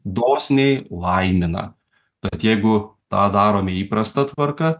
dosniai laimina bet jeigu tą darome įprasta tvarka